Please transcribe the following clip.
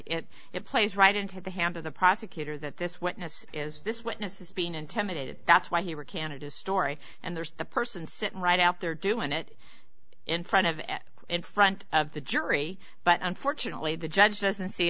it it plays right into the hand of the prosecutor that this witness is this witness is being intimidated that's why he recanted his story and there's the person sitting right out there doing it in front of it in front of the jury but unfortunately the judge doesn't see